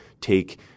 take